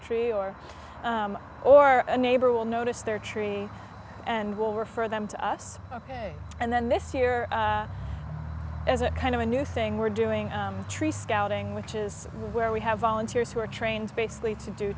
tree or or a neighbor will notice their tree and we'll refer them to us ok and then this year as a kind of a new thing we're doing tree scouting which is where we have volunteers who are trained basically to do